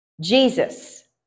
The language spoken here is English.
Jesus